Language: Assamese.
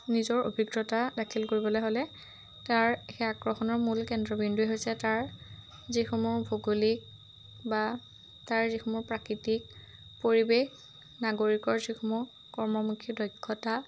নিজৰ অভিজ্ঞতা দাখিল কৰিবলে হ'লে তাৰ সেই আকৰ্ষণৰ মূল কেন্দ্ৰবিন্দু হৈছে তাৰ যিসমূহ ভৌগোলিক বা তাৰ যিসমূহ প্ৰাকৃতিক পৰিৱেশ নাগৰিকৰ যিসমূহ কৰ্মমুখী দক্ষতা